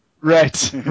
Right